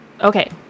okay